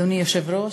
אדוני היושב-ראש,